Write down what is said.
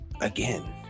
Again